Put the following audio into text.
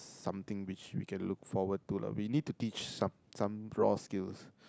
something which we can look forward to lah we need to teach some some raw skills